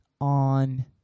on